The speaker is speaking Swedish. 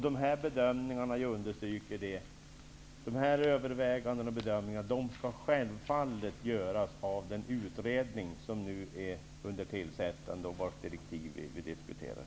Jag understryker att dessa överväganden och bedömningar självfallet skall göras av den utredning som nu är under tillsättande och vars direktiv vi här diskuterar.